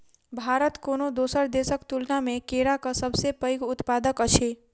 भारत कोनो दोसर देसक तुलना मे केराक सबसे पैघ उत्पादक अछि